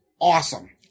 awesome